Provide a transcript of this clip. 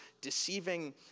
deceiving